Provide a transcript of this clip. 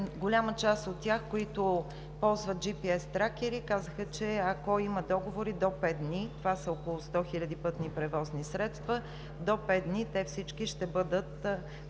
голяма част от тях, които ползват GPS тракери, казаха, че ако има договори до пет дни, това са около 100 хиляди пътни превозни средства, те всички ще бъдат.